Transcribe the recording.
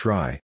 Try